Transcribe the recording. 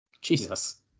Jesus